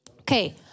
Okay